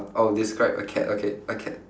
I would describe a cat okay a cat